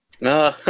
No